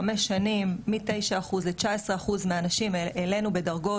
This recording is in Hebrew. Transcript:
חמש שנים מתשע אחוז ל-19 אחוז מהנשים העלנו בדרגות,